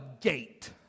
gate